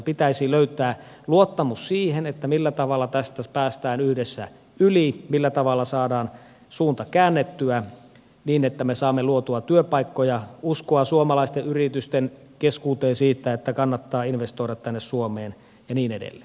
pitäisi löytää luottamus siihen millä tavalla tästä päästään yhdessä yli millä tavalla saadaan suunta käännettyä niin että me saamme luotua työpaikkoja uskoa suomalaisten yritysten keskuuteen siitä että kannattaa investoida tänne suomeen ja niin edelleen